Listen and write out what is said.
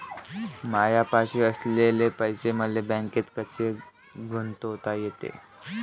मायापाशी असलेले पैसे मले बँकेत कसे गुंतोता येते?